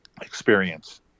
experience